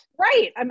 Right